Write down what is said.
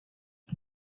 you